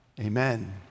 Amen